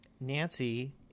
Nancy